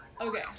okay